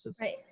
Right